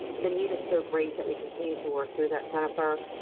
the need is so great that we continue to work through that jennifer.